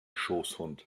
schoßhund